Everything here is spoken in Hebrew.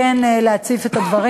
כן להציף את הדברים.